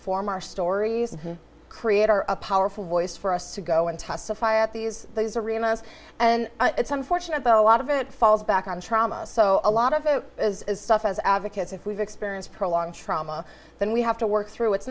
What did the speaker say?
form our stories create are a powerful voice for us to go and testify at these these arenas and it's unfortunate though a lot of it falls back on trauma so a lot of it is stuff as advocates if we've experienced prolonged trauma then we have to work through it's